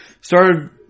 started